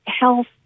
health